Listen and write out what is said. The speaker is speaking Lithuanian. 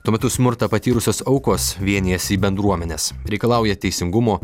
tuo metu smurtą patyrusios aukos vienijasi į bendruomenes reikalauja teisingumo